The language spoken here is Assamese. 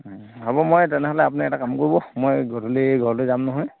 হ'ব মই তেনেহ'লে আপুনি এটা কাম কৰিব মই গধূলি ঘৰলৈ যাম নহয়